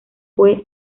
fue